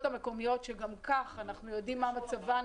המקומיות שגם כך אנחנו יודעים מה מצבן.